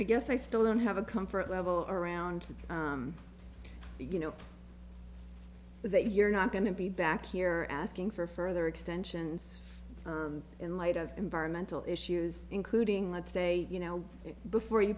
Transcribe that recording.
i guess i still don't have a comfort level around you know so that you're not going to be back here asking for further extensions in light of environmental issues including let's say you know before you